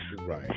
Right